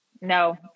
No